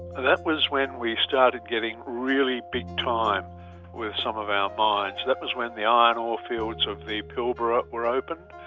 and that was when we started getting really big time with some of our mines. that was when the iron ore fields of the pilbara were opened,